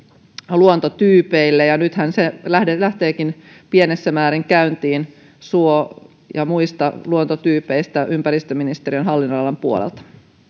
luontotyypeille ja nythän se lähteekin pienessä määrin käyntiin suo ja muista luontotyypeistä ympäristöministeriön hallinnonalan puolelta